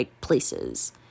places